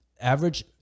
average